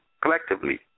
collectively